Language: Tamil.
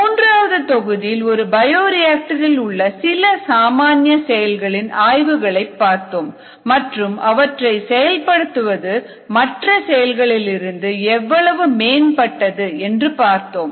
மூன்றாவது தொகுதியில் ஒரு பயோரியாக்டர்இலுள்ள சில சாமானிய செயல்களின் ஆய்வுகளை பார்த்தோம் மற்றும் அவற்றை செயல்படுத்துவது மற்ற செயல்களிலிருந்து எவ்வளவு மேம்பட்டது என்றும் பார்த்தோம்